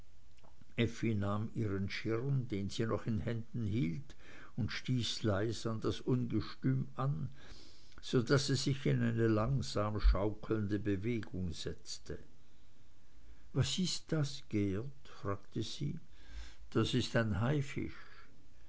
nahm ihren schirm den sie noch in händen hielt und stieß leis an das ungetüm an so daß es sich in eine langsam schaukelnde bewegung setzte was ist das geert fragte sie das ist ein haifisch